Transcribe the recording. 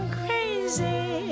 crazy